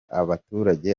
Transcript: abaturage